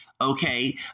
okay